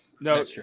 No